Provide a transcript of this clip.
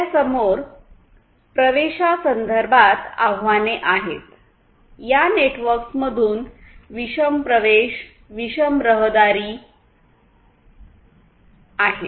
आपल्यासमोर प्रवेशासंदर्भात आव्हाने आहेत या नेटवर्क्समधून विषम प्रवेश विषम रहदारी आहे